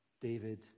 David